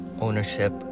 ownership